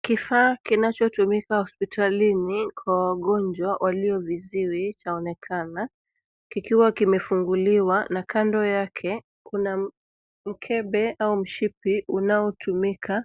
Kifaa kinachotumika hospitalini kwa wagonjwa walio viziwi chaonekana. Kikiwa kimefunguliwa na kando yake kuna mkebe au mshipi unaotumika